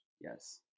Yes